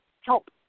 help